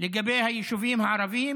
לגבי היישובים הערביים,